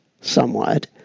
somewhat